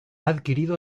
adquirido